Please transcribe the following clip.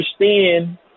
understand